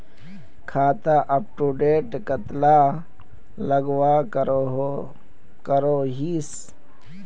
खाता अपटूडेट कतला लगवार करोहीस?